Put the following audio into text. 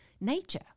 nature